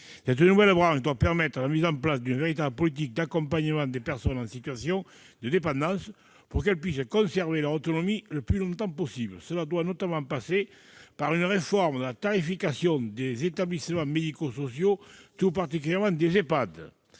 Cette nouvelle branche doit permettre la mise en place d'une véritable politique d'accompagnement des personnes en situation de dépendance, afin qu'elles puissent conserver leur autonomie le plus longtemps possible. Cela doit notamment passer par une réforme de la tarification des établissements médico-sociaux, tout particulièrement des Ehpad.